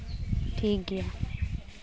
ᱴᱷᱤᱠ ᱜᱮᱭᱟ